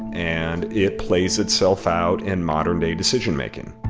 and it plays itself out in modern day decision-making